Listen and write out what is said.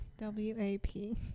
W-A-P